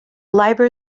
liber